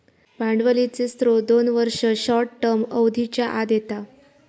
भांडवलीचे स्त्रोत दोन वर्ष, शॉर्ट टर्म अवधीच्या आत येता